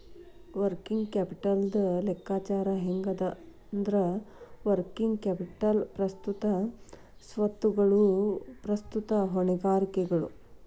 working ಕ್ಯಾಪಿಟಲ್ದ್ ಲೆಕ್ಕಾಚಾರ ಹೆಂಗಂದ್ರ, ವರ್ಕಿಂಗ್ ಕ್ಯಾಪಿಟಲ್ ಪ್ರಸ್ತುತ ಸ್ವತ್ತುಗಳು ಪ್ರಸ್ತುತ ಹೊಣೆಗಾರಿಕೆಗಳು